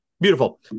beautiful